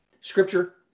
Scripture